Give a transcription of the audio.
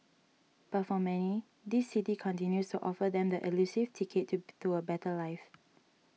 but for many this city continues to offer them the elusive ticket to a better life